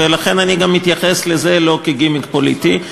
ולכן אני גם מתייחס לזה לא כגימיק פוליטי,